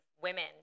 women